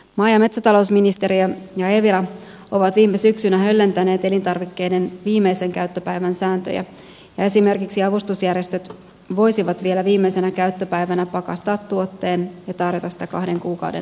maa ja metsätalousministeriö ja evira ovat viime syksynä höllentäneet elintarvikkeiden viimeisen käyttöpäivän sääntöjä ja esimerkiksi avustusjärjestöt voisivat vielä viimeisenä käyttöpäivänä pakastaa tuotteen ja tarjota sitä kahden kuukauden ajan